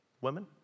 Women